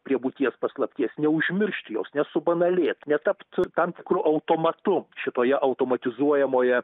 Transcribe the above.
prie būties paslapties neužmiršti jos nesubanalėt netapt tam tikru automatu šitoje automatizuojamoje